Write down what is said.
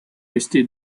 resté